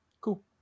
cool